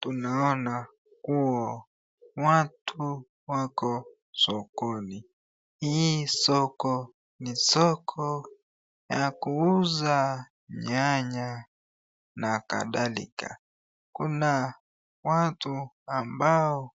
Tunaona kuwa watu wako sokoni. Hii soko ni soko ya kuuza nyanya na kadhalika. Kuna watu ambao